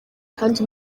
kandi